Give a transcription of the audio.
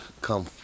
come